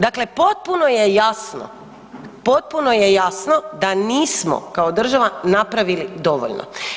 Dakle, potpuno je jasno, potpuno je jasno da nismo kao država napravili dovoljno.